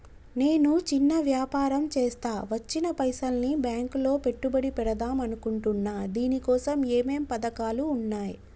నేను చిన్న వ్యాపారం చేస్తా వచ్చిన పైసల్ని బ్యాంకులో పెట్టుబడి పెడదాం అనుకుంటున్నా దీనికోసం ఏమేం పథకాలు ఉన్నాయ్?